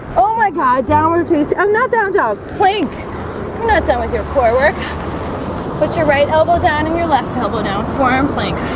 oh my god downward, please. i'm not down dog plank. i'm not done with your core work put your right elbow down in your left elbow down forearm plank